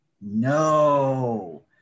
No